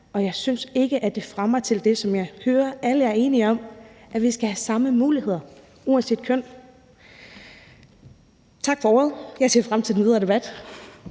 og jeg synes ikke, at det fremmer det, som jeg hører alle er enige om, nemlig at vi skal have samme muligheder uanset køn. Tak for ordet. Jeg ser frem til den videre debat.